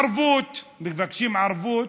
ערבות, מבקשים ערבות.